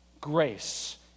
grace